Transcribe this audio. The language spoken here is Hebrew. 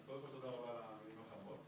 אז קודם כל תודה רבה על המילים החמות.